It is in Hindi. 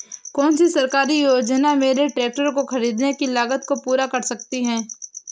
कौन सी सरकारी योजना मेरे ट्रैक्टर को ख़रीदने की लागत को पूरा कर सकती है?